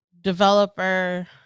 developer